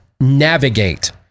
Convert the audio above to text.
navigate